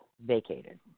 vacated